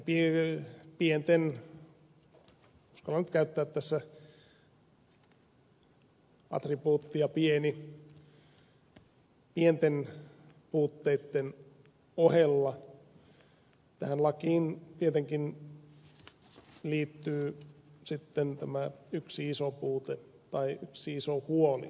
näitten pienten uskallan nyt käyttää tässä attribuuttia pieni puutteitten ohella tähän lakiin tietenkin liittyy sitten tämä yksi iso puute tai yksi iso huoli